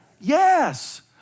Yes